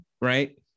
right